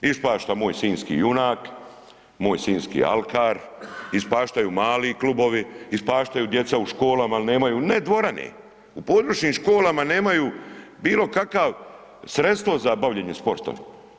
Ispašta moj sinjski junak, moj sinjski alkar, ispaštaju mali klubovi, ispaštaju djeca u školama jer nemaju, ne dvorane, u područnim školama nemaju bilo kakav sredstvo za bavljenje sportom.